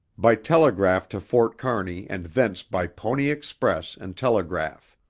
by telegraph to fort kearney and thence by pony express and telegraph.